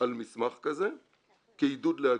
על מסמך כזה כעידוד להגירה,